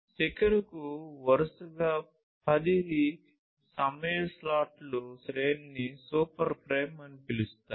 సెకనుకు వరుసగా 100 సమయ స్లాట్ల శ్రేణిని సూపర్ ఫ్రేమ్ అని పిలుస్తారు